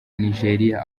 nigeria